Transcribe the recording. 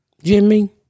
Jimmy